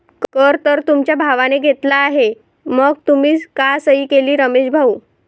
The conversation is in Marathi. कर तर तुमच्या भावाने घेतला आहे मग तुम्ही का सही केली रमेश भाऊ?